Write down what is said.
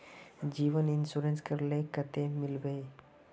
जीवन इंश्योरेंस करले कतेक मिलबे ई?